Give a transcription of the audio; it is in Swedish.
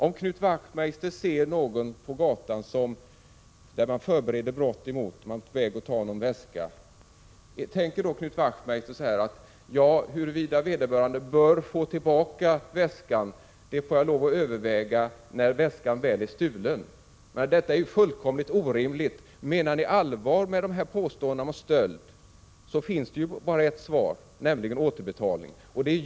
Om Knut Wachtmeister ser någon på gatan som förbereder brott, någon som är på väg att ta en väska, tänker då 35 Knut Wachtmeister så här — ja, om vederbörande bör få tillbaka väskan får jag överväga när väskan väl är stulen? En sådan inställning är ju fullkomligt orimlig. Om ni menar allvar med era påståenden om stöld finns bara ett svar, nämligen återbetalning.